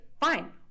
fine